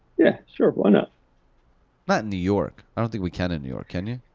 yeah, sure, why not? not in new york. i don't think we can in new york, can you?